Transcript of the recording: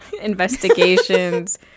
investigations